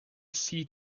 sea